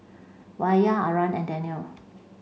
Wira Aryan and Daniel